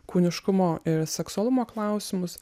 kūniškumo ir seksualumo klausimus